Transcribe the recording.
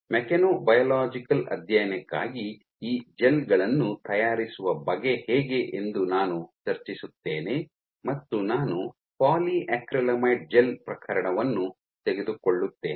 mechanobiological ಅಧ್ಯಯನಕ್ಕಾಗಿ ಈ gel ಗಳನ್ನು ತಯಾರಿಸುವ ಬಗೆ ಹೇಗೆ ಎಂದು ನಾನು ಚರ್ಚಿಸುತ್ತೇನೆ ಮತ್ತು ನಾನು ಪಾಲಿಯಾಕ್ರಿಲಾಮೈಡ್ ಜೆಲ್ ಪ್ರಕರಣವನ್ನು ತೆಗೆದುಕೊಳ್ಳುತ್ತೇನೆ